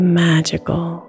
magical